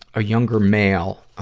a younger male, ah,